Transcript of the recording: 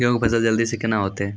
गेहूँ के फसल जल्दी से के ना होते?